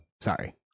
sorry